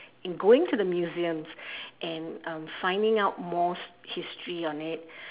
in going to the museums and um in finding out more history on it